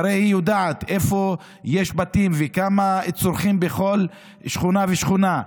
הרי היא יודעת איפה יש בתים וכמה צורכים בכל שכונה ושכונה,